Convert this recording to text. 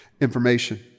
information